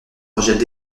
rejettent